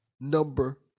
number